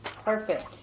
Perfect